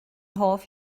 hoff